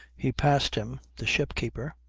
he passed him, the ship-keeper,